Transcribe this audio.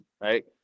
right